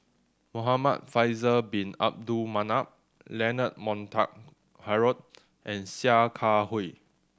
Muhamad Faisal Bin Abdul Manap Leonard Montague Harrod and Sia Kah Hui